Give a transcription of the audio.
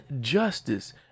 justice